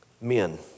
men